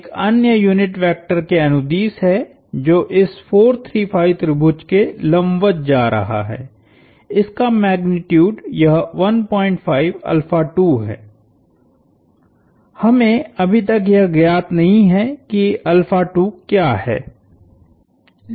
एक अन्य unit vector के अनुदिश है जो इस 4 3 5 त्रिभुज के लंबवत जा रहा है इसका मैग्नीट्यूड यहहै हमें अभी तक यह ज्ञात नहीं है किक्या है